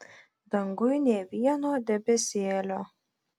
danguj nė vieno debesėlio